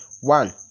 One